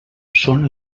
són